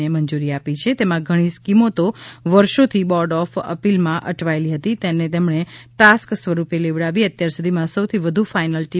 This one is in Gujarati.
ને મંજૂરી આપી છે તેમાં ઘણી સ્કીમો તો વર્ષોથી બોર્ડ ઓફ અપીલમાં અટવાયેલી હતી તેને તેમણે ટાસ્ક સ્વરૂપે લેવડાવી અત્યાર સુધીમાં સૌથી વધુ ફાઈનલ ટી